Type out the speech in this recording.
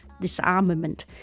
disarmament